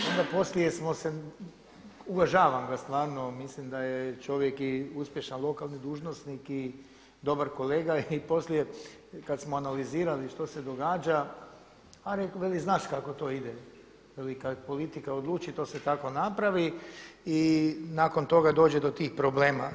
Onda poslije smo se, uvažavam ga stvarno, mislim da je čovjek i uspješan lokalni dužnosnik i dobar kolega i poslije kad smo analizirali što se je događa a veli znaš kako to ide, veli kad politika odluči to se tako napravi i nakon toga dođe do tih problema.